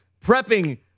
prepping